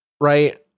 right